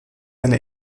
eine